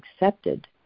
accepted